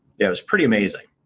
yeah, it's pretty amazing.